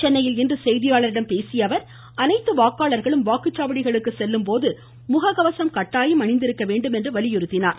சென்னையில் இன்று செய்தியாளர்களிடம் பேசியஅவர் அனைத்து வாக்காளர்களும் வாக்குச்சாவடிகளுக்கு செல்லும்போது முககவசம் கட்டாயம் அணிந்திருக்க வேண்டுமென்று வலியுறுத்தினார்